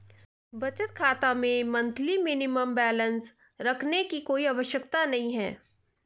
बचत खाता में मंथली मिनिमम बैलेंस रखने की कोई आवश्यकता नहीं है